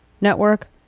network